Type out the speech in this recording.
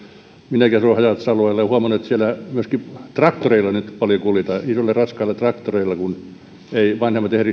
minäkin asun haja asutusalueella ja olen huomannut että siellä myöskin traktoreilla nyt paljon kuljetaan isoilla raskailla traktoreilla kun eivät vanhemmat